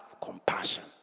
compassion